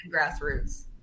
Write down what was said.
grassroots